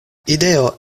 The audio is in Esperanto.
ideo